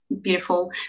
beautiful